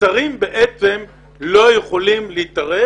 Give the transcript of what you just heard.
השרים בעצם לא יכולים להתערב.